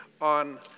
on